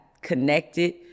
connected